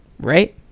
Right